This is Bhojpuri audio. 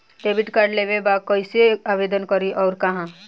डेबिट कार्ड लेवे के बा कइसे आवेदन करी अउर कहाँ?